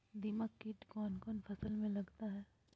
दीमक किट कौन कौन फसल में लगता है?